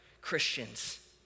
Christians